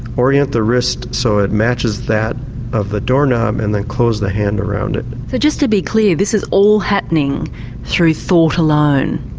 orient the wrist so it matches that of the door knob and then close the hand around it. but just to be clear, this is all happening through thought alone?